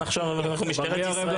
יש פה גם נציג אג"ת,